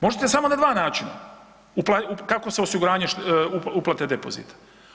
Možete samo na dva načina kako se osiguranje uplate depozita.